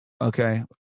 okay